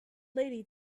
lady